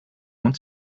want